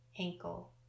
ankle